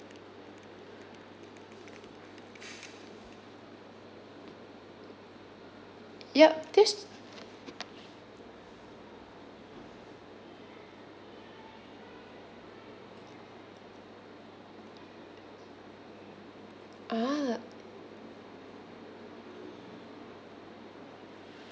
yup this ah